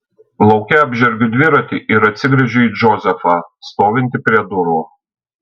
lauke apžergiu dviratį ir atsigręžiu į džozefą stovintį prie durų